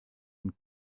une